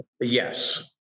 Yes